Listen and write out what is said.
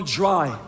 dry